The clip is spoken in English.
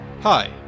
Hi